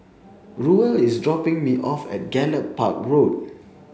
Ruel is dropping me off at Gallop Park Road